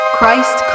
Christ